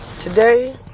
Today